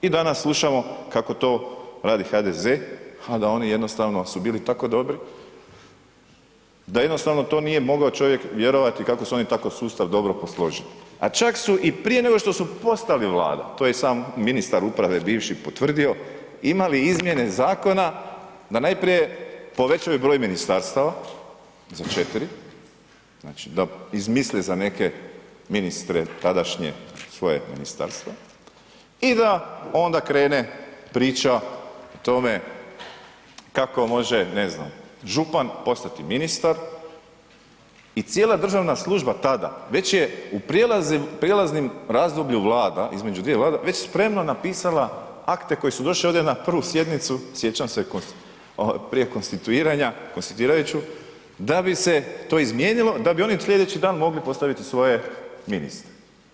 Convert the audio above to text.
I danas slušamo kako to radi HDZ, a da oni su jednostavno su bili tako dobri, da jednostavno to nije mogao čovjek vjerovati kako su oni tako sustav dobro posložili, a čak su i prije nego što su postali Vlada, to je i sam ministar uprave bivši potvrdio, imali izmjene zakona da najprije povećaju broj ministarstava za 4, znači da izmisle za neke ministre tadašnje svoja ministarstva i da onda krene priča o tome kako može ne znam, župan postati ministar, i cijela državna služba tada već je u prijelaznom razdoblju Vlada, između dvije Vlade već spremno napisala akte koji su došli ovdje na prvu sjednicu sjećam se prije konstituiranja, konstituirajuću, da bi se to izmijenilo, da bi oni slijedeći dan mogli postaviti svoje ministre.